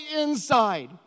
inside